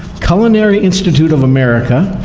culinary institute of america,